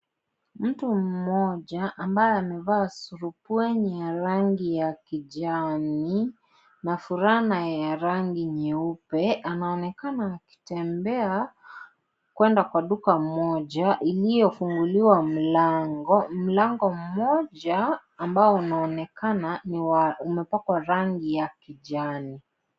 Mtu mmoja ambaye amevaa surupwenye ya rangi ya kijani na fulana ya rangi nyeupe anaonekana akitembea kwenda kwa duka moja iliyofunguliwa mlango. Mlango mmoja ambao inaonekana ni ya umepakwa rangi ya kijani.